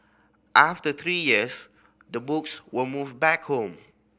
after three years the books were moved back home